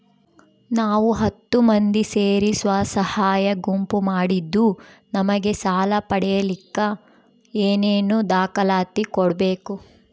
ನಾವು ಹತ್ತು ಮಂದಿ ಸೇರಿ ಸ್ವಸಹಾಯ ಗುಂಪು ಮಾಡಿದ್ದೂ ನಮಗೆ ಸಾಲ ಪಡೇಲಿಕ್ಕ ಏನೇನು ದಾಖಲಾತಿ ಕೊಡ್ಬೇಕು?